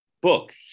book